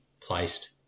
placed